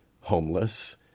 homeless